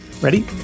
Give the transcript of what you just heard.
Ready